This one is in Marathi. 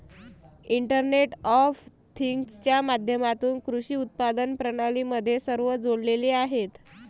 इंटरनेट ऑफ थिंग्जच्या माध्यमातून कृषी उत्पादन प्रणाली मध्ये सर्व जोडलेले आहेत